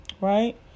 Right